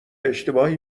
اشتباهی